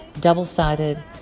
double-sided